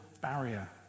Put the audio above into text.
barrier